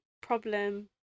problem